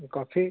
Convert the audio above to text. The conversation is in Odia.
A coffee